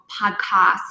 podcast